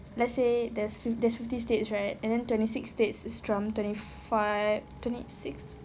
let's say there's fifty there's fifty states right and then twenty six states is trump twenty five twenty six